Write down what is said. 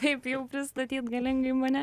kaip jau pristatyt galingai mane